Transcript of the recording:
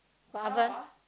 got oven